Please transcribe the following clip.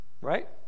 Right